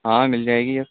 ہاں ہاں مل جائے گی یس